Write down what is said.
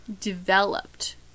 Developed